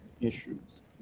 issues